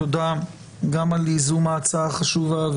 תודה גם על ייזום ההצעה החשובה,